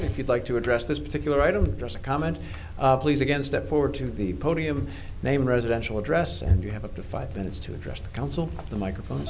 it if you'd like to address this particular item just a comment please again step forward to the podium name residential address and you have a five minutes to address the council the microphones